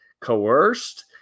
coerced